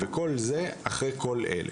וכל זה אחרי כל אלה.